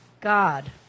God